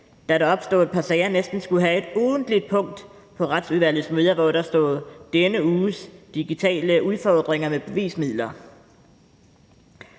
jokede med, at der næsten skulle være et ugentligt punkt på Retsudvalgets møder, hvor der stod: denne uges digitale udfordringer med bevismidler.